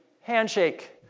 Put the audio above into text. handshake